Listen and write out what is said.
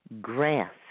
grass